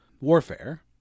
warfare